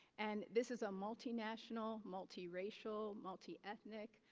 and this is a multinational, multiracial, multi-ethnic,